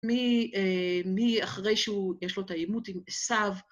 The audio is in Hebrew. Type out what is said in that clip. מי אחרי שהוא, יש לו טעימות עם סב